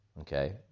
Okay